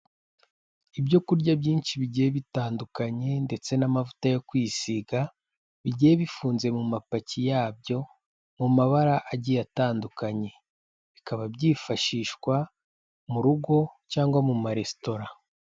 Ibyo kurya byinshi bigiye bitandukanye ndetse n'amavuta yo kwisiga, bigiye bifunze mu mapaki yabyo mu mabara agiye atandukanye, bikaba byifashishwa mu rugo cyangwa mu maresitora.